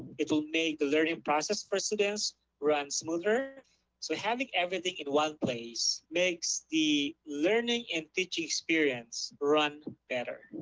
it will make the learning process for students run smoother so having everything in one place makes the learning and teaching experience run better.